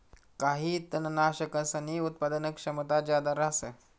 काही तननाशकसनी उत्पादन क्षमता जादा रहास